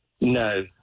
No